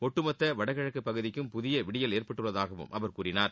ஒட்டுமொத்த வடகிழக்குப் பகுதிக்கும் புதிய விடியல் ஏற்பட்டுள்ளதாகவும் அவர் கூறினார்